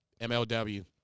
MLW